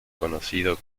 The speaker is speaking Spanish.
conocido